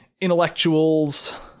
intellectuals